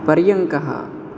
पर्यङ्कः